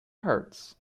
hurts